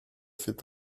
fait